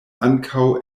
ankaŭ